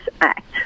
Act